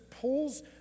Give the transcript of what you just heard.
pulls